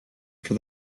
for